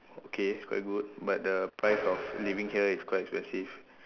okay quite good but the price of living here is quite expensive